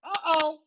Uh-oh